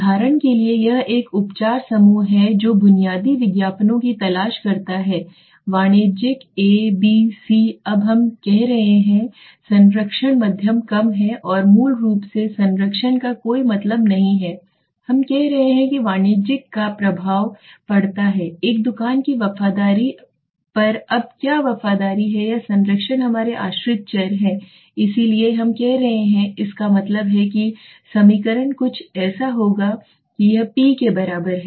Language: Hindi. उदाहरण के लिए यह एक उपचार समूह है जो बुनियादी विज्ञापनों की तलाश करता है वाणिज्यिक ए बी सी अब हम कह रहे हैं संरक्षण मध्यम कम है और मूल रूप से संरक्षण का कोई मतलब नहीं है हम कह रहे हैं कि वाणिज्यिक पर प्रभाव पड़ता है एक दुकान की वफादारी पर अब क्या वफादारी है या संरक्षण हमारे आश्रित चर है इसलिए हम कह रहे हैं कि इसका मतलब है कि समीकरण कुछ ऐसा होगा कि यह P के बराबर है